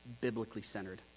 biblically-centered